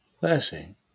blessing